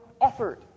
offered